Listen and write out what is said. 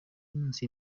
munsi